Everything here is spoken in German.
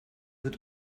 wird